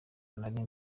nari